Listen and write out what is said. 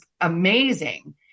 amazing